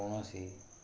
କୌଣସି